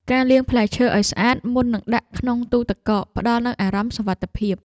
ការលាងផ្លែឈើឱ្យស្អាតមុននឹងដាក់ក្នុងទូទឹកកក ផ្តល់នូវអារម្មណ៍សុវត្ថិភាព។